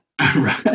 right